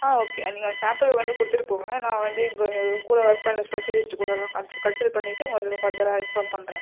ஆ okay நீங்கள் அந்த sample வந்து கொடுத்துட்டு போங்கள் நான் வந்து இங்கே எங்கள் கூட ஒர்க் பண்ணுற ஸ்பெஷலிஸ்ட் கூடலாம் கன்சிடர் பண்ணிவிட்டு உங்கள்கிட்ட நான் ஃபர்தராக இன்ஃபார்ம் பண்ணுறேன்